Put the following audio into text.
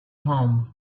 home